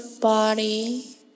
body